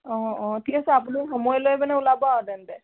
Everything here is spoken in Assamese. অঁ অঁ ঠিক আছে আপুনি সময় লৈ মানে ওলাব আৰু তেন্তে